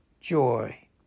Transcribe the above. joy